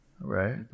Right